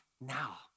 now